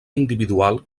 individual